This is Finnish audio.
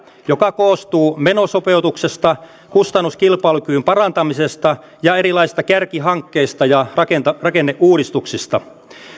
joka koostuu menosopeutuksesta kustannuskilpailukyvyn parantamisesta ja erilaisista kärkihankkeista ja rakenneuudistuksista on hyvä